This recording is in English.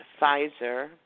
Pfizer